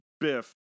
Biff